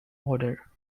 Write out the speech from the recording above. order